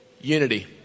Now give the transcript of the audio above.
Unity